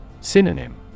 Synonym